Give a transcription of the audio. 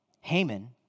Haman